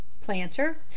Planter